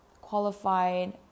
qualified